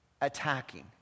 attacking